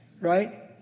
right